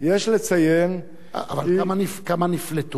יש לציין כי, אבל כמה נפלטו?